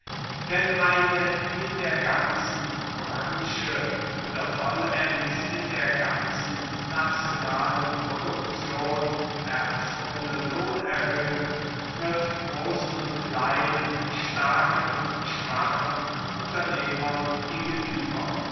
denn eine in der ganzen branche oder vollends in der ganzen nationalen produktion erzwungene lohnerhöhung tritt großen und kleinen starken und schwachen unternehmern gegenüber